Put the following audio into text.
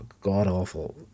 god-awful